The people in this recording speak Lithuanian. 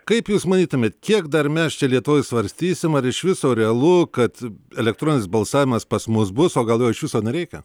kaip jūs manytumėt kiek dar mes čia lietuvoj svarstysim ar iš viso realu kad elektroninis balsavimas pas mus bus o gal jo iš viso nereikia